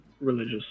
religious